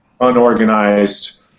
unorganized